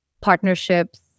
partnerships